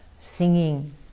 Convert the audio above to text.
singing